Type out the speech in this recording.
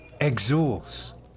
Exhaust